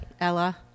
Ella